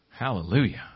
Hallelujah